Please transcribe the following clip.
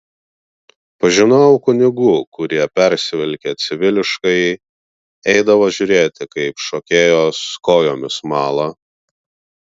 pažinojau kunigų kurie persivilkę civiliškai eidavo žiūrėti kaip šokėjos kojomis mala